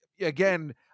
again